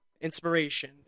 inspiration